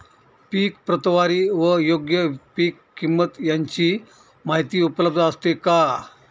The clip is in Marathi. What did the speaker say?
पीक प्रतवारी व योग्य पीक किंमत यांची माहिती उपलब्ध असते का?